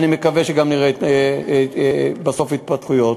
ואני מקווה שגם נראה בסוף התפתחויות.